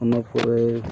ᱚᱱᱟ ᱯᱚᱨᱮ